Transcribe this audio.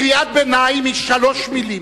קריאת ביניים היא שלוש מלים.